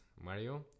Mario